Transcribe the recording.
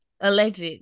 alleged